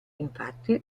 infatti